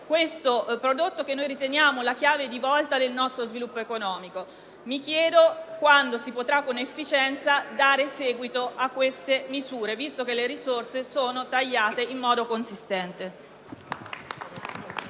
questo prodotto, che noi riteniamo la chiave di volta del nostro sviluppo economico. Mi chiedo quando si potrà con efficienza dare seguito a queste misure, visto che le risorse sono tagliate in modo consistente.